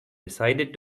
decided